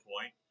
point